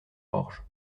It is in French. orge